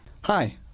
Hi